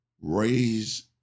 raise